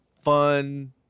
Fun